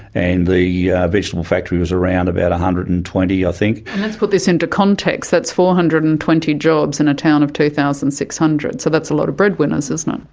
and the vegetable factory was around about one hundred and twenty i think. and let's put this into context, that's four hundred and twenty jobs in a town of two thousand six hundred. so that's a lot of breadwinners, isn't um